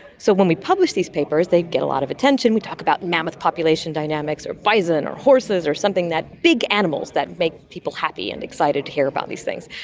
so when we publish these papers they get a lot of attention, we talk about mammoth population dynamics or bison or horses or something, big animals that make people happy and excited to hear about these things.